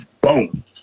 boom